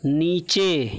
नीचे